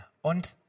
Und